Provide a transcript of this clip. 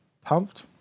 Pumped